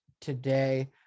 today